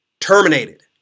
Terminated